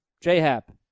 J-Hap